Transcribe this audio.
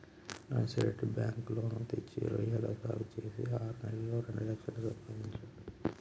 Narsireddy bank loan తెచ్చి రొయ్యల సాగు చేసి ఆరు నెలల్లోనే రెండు లక్షలు సంపాదించిండు